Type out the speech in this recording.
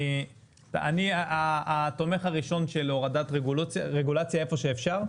אני התומך הראשון של הורדת רגולציה איפה שאפשר,